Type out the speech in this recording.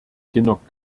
kinnock